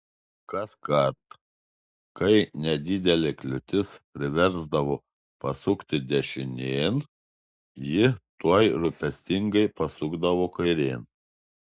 kaskart kai nedidelė kliūtis priversdavo pasukti dešinėn ji tuoj rūpestingai pasukdavo kairėn